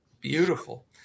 Beautiful